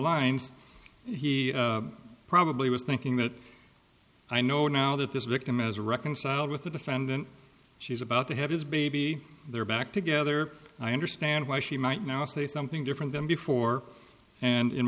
lines he probably was thinking that i know now that this victim is reconciled with the defendant she's about to have his baby there back together i understand why she might now say something different than before and in